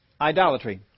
idolatry